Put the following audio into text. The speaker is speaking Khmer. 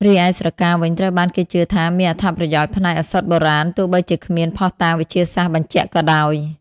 រីឯស្រកាវិញ ត្រូវបានគេជឿថាមានអត្ថប្រយោជន៍ផ្នែកឱសថបុរាណ ទោះបីជាគ្មានភស្តុតាងវិទ្យាសាស្ត្របញ្ជាក់ក៏ដោយ។